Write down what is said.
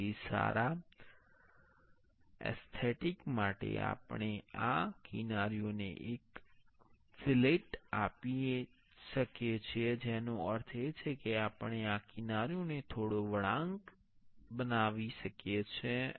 તેથી સારા એસ્થેટિક માટે આપણે આ કિનારીઓને એક ફીલેટ આપી શકીએ છીએ જેનો અર્થ છે કે આપણે આ કિનારીઓને થોડો વળાંક બનાવી શકીએ છીએ